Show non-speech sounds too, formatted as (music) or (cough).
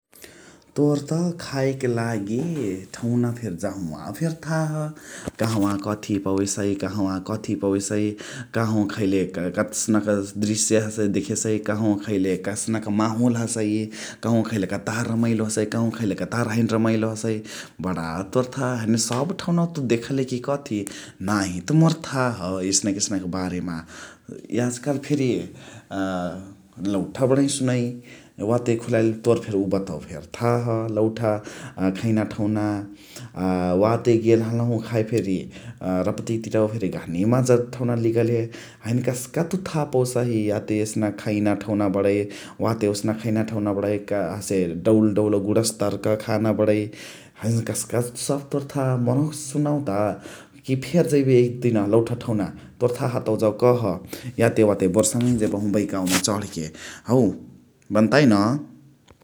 तोर त खाएके लागी ठौना जहवा फेरी थाह । कहवा (noise) कथी पवेसही कहवा कथी पवेसही कहवा खैले कत्सनक दृस्य हसै देखेसै । कहवा खैले कस्नुक माहोल हसइ । कहवा खैले कतहर रमाइलो हसइ । कहवा खैले कतहर रमाइलो हैन हसइ बणा तोर थाह हैन्से सब ठौरावा तुइ देखले कि कथी नाही त मोर थाह एसनक एसनक बारेमा । याज काल फेरी अ लौठ बणही सुनइ वाते खुलाईली तोरफेरी उ बतवा थाह लौठा खैना ठौना । अ वाते गेल हलहु खाए (noise) फेरी अ रपतिया तिरवा फेरी गहनी माजा ठौना लिगले । हैने कस्का तुइ थाहा पौसाही याते एसनक खैना ठौना बणै वाते एसनक खैना ठौना बणै फेरिका हसे डौल डौल गुणस्टारअक खाना बणै । हैने कस्का सब तोर थाह मोरहुके सुनाउता कि फेरी जैबे एकदिन लौठ ठौना तोर थाह हतौ जौ कह याते वाते बरु (noise) सङही जेबहु बैकावमा (noise) चण्हके हौ बन्ताइ न ।